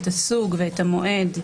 את הסוג ואת המועד,